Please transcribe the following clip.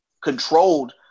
controlled